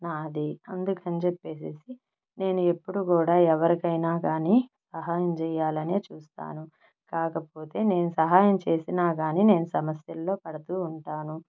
నాది అందుకని చెప్పేసేసి నేను ఎప్పుడూ కూడా ఎవరికైనా కాని సహాయం చేయాలనే చూస్తాను కాకపోతే నేను సహాయం చేసినా కాని నేను సమస్యల్లో పడుతూ ఉంటాను